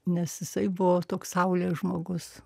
nes jisai buvo toks saulės žmogus